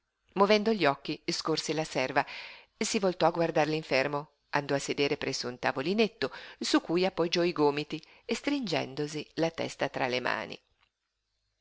movendo gli occhi scorse la serva si voltò a guardar l'infermo andò a sedere presso un tavolinetto su cui appoggiò i gomiti stringendosi la testa tra le mani